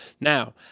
Now